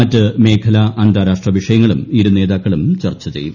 മറ്റ് മേഖലാ അന്താരാഷ്ട്ര വിഷയങ്ങളും ഇരു നേതാക്കളും ചർച്ച ചെയ്യും